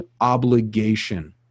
obligation